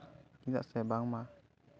ᱪᱮᱫᱟᱜ ᱥᱮ ᱵᱟᱝᱢᱟ